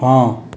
हाँ